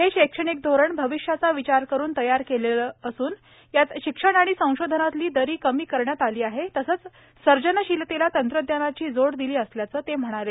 हे शैक्षणिक धोरण भविष्याचा विचार करुन तयार केलेलं असून यात शिक्षण आणि संशोधनातली दरी कमी करण्यात आली तसंच सर्जनशीलतेला तंत्रज्ञानाची जोड दिली असल्याचं ते म्हणाले